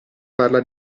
parla